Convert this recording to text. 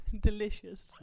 Delicious